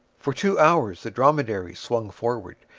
for two hours the dromedary swung forward,